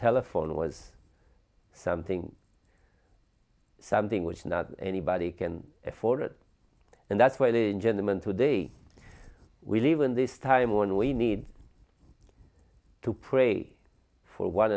telephone was something something which not anybody can afford and that's where the gentleman today we live in this time when we need to pray for one